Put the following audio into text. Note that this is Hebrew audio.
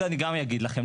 זה אני גם אגיד לכם.